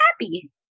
happy